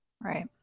Right